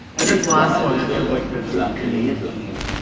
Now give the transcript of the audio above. and this last one i feel like they're just being mean.